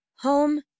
home